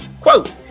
quote